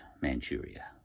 Manchuria